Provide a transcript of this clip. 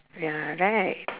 ya right